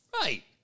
Right